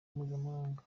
mpuzamahanga